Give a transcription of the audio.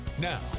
Now